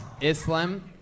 Islam